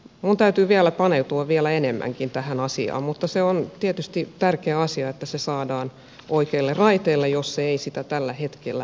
minun täytyy vielä paneutua enemmänkin tähän asiaan mutta se on tietysti tärkeä asia että se saadaan oikeille raiteille jos se ei sitä tällä hetkellä ole